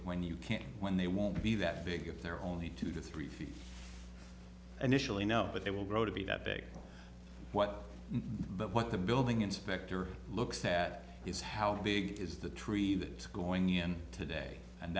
when you can't when they won't be that big if there are only two to three feet an initially no but they will grow to be that big what but what the building inspector looks at is how big is the tree that going in today and